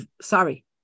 sorry